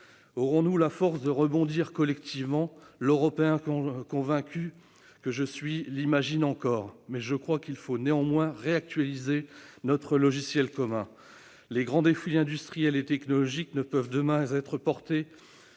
Aurons-nous la force de rebondir collectivement ? L'Européen convaincu que je suis l'imagine encore, à condition de réactualiser notre logiciel commun. Les grands défis industriels et technologiques ne peuvent être portés